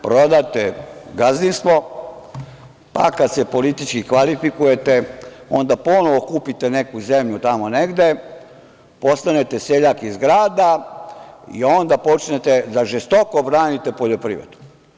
Prodate gazdinstvo, pa kada se politički kvalifikujete, onda ponovo kupite neku zemlju tamo negde, postanete seljak iz grada i onda počnete da žestoko branite poljoprivredu.